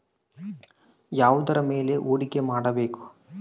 ಯಾವುದರ ಮೇಲೆ ಹೂಡಿಕೆ ಮಾಡಬೇಕು?